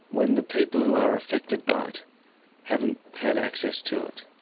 when the people who are affected by it haven't had access to it.